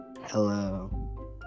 Hello